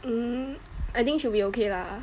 um I think should be okay lah